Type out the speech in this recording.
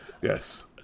Yes